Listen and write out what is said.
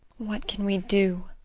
what can we do?